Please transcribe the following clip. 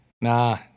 Nah